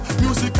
music